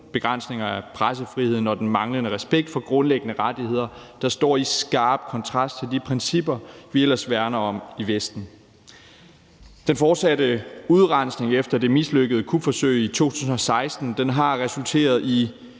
begrænsninger af pressefriheden og den manglende respekt for grundlæggende rettigheder, der står i skarp kontrast til de principper, vi ellers værner om i Vesten. Den fortsatte udrensning efter det mislykkede kupforsøg i 2016 har resulteret i